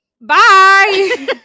bye